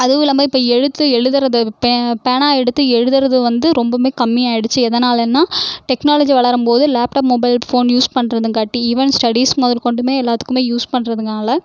அதுவும் இல்லாமல் இப்போ எழுத்து எழுதறதை பேனா எடுத்து எழுதுவது வந்து ரொம்பவுமே கம்மி ஆகிடுச்சி எதனாலனால் டெக்னாலஜி வளரும் போது லேப்டாப் மொபைல் ஃபோன் யூஸ் பண்ணுறதுங்காட்டி ஈவன் ஸ்டெடிஸ் மொதல் கொண்டுமே எல்லாத்துக்குமே யூஸ் பண்ணுறதுனால